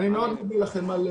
אני מודה לכם.